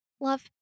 love